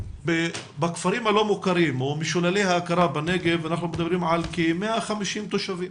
בכפרים הלא מוכרים או משוללי ההכרה בנגב אנחנו מדברים על כ-150 תושבים